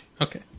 Okay